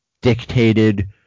dictated